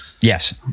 Yes